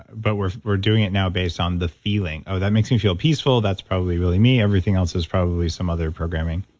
but we're we're doing it now based on the feeling, that makes me feel peaceful, that's probably really me. everything else is probably some other programming.